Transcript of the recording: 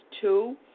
two